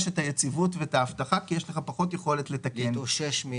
את היציבות ואת ההבטחה כי יש לך פחות יכולת לתקן ולהתאושש.